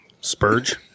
Spurge